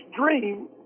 dream